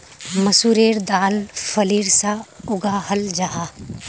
मसूरेर दाल फलीर सा उगाहल जाहा